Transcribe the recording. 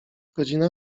godzina